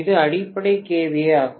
இது அடிப்படை kVA ஆகும்